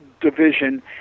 Division